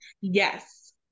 Yes